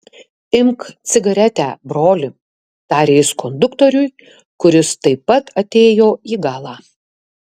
imk cigaretę broli tarė jis konduktoriui kuris taip pat atėjo į galą